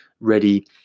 ready